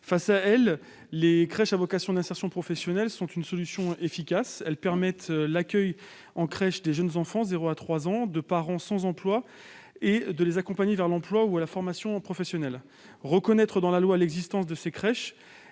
inégalité, les crèches à vocation d'insertion professionnelle sont une solution efficace : elles permettent l'accueil des jeunes enfants de 0 à 3 ans de parents sans emploi, et l'accompagnement de ces derniers vers l'emploi ou la formation professionnelle. Reconnaître dans la loi l'existence de ces crèches